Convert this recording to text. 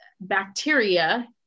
bacteria